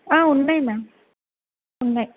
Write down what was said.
ఉన్నాయి మ్యామ్ ఉన్నాయి